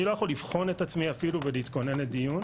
אני לא יכול לבחון את עצמי אפילו ולהתכונן לדיון.